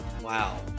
Wow